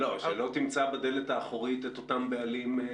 שלא תמצא בדלת האחורית את אותם בעלים.